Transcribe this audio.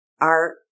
art